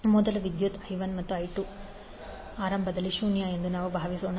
ಮೊದಲು ವಿದ್ಯುತ್i1 ಮತ್ತು i2 ಆರಂಭದಲ್ಲಿ ಶೂನ್ಯ ಎಂದು ನಾವು ಭಾವಿಸೋಣ